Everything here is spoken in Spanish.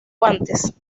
guantes